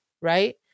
right